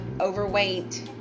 overweight